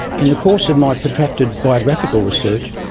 in the course of my protracted biographical research,